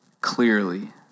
clearly